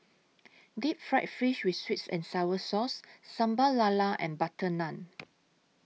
Deep Fried Fish with Sweet and Sour Sauce Sambal Lala and Butter Naan